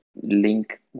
link